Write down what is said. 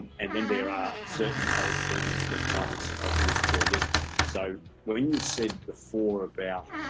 and then there are certain eligibility requirements of the employee so when you said before about